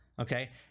okay